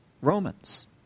Romans